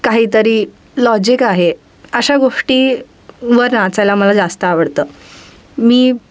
काहीतरी लॉजिक आहे अशा गोष्टीवर नाचायला मला जास्त आवडतं मी